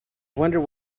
wonder